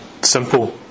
simple